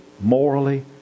morally